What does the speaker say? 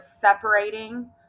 separating